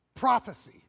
Prophecy